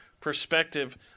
perspective